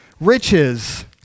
riches